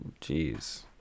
Jeez